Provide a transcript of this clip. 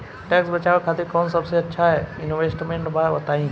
Tax बचावे खातिर कऊन सबसे अच्छा इन्वेस्टमेंट बा बताई?